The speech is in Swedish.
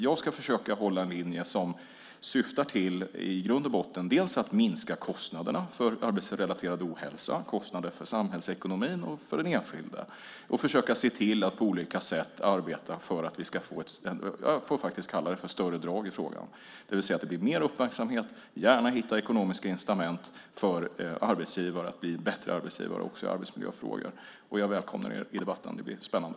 Jag ska försöka hålla en linje som syftar till att minska kostnaderna för arbetsrelaterad ohälsa, kostnaderna för samhällsekonomin och för den enskilde och försöka se till att vi arbetar för att vi ska få ett större drag i frågan, det vill säga att det blir mer uppmärksamhet och gärna att vi hittar ekonomiska incitament för arbetsgivare att bli bättre arbetsgivare också i arbetsmiljöfrågor. Jag välkomnar er i debatten. Det blir spännande.